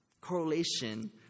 correlation